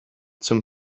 zum